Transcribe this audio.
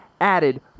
added